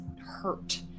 hurt